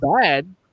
bad